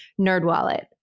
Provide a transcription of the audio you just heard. Nerdwallet